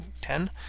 ten